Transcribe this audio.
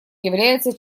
является